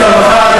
מוסיף לרווחה?